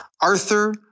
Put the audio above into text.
Arthur